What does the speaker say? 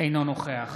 אינו נוכח